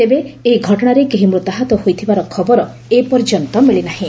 ତେବେ ଏହି ଘଟଣାରେ କେହି ମୃତାହତ ହୋଇଥିବାର ଖବର ଏପର୍ଯ୍ୟନ୍ତ ମିଳି ନାହିଁ